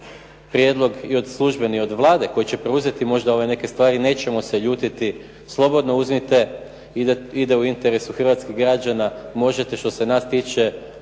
prijedlog službeni i od Vlade koji će preuzeti možda ove neke stvari. Nećemo se ljutiti, slobodno uzmite. Ide u interesu hrvatskih građana. Možete što se nas tiče